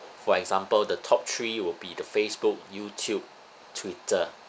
for example the top three will be the Facebook YouTube Twitter